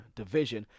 division